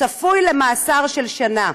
צפוי למאסר של שנה.